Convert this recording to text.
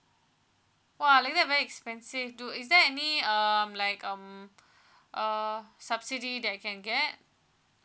!wah! like that very expensive do is there any um like um uh subsidy that I can get